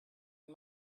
and